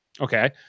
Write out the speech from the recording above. Okay